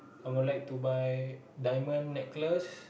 I would like to buy diamond necklaces